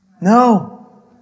No